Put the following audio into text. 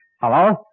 Hello